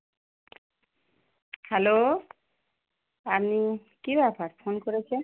hello আপনি কি ব্যাপার ফোন করেছেন